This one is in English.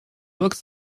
looks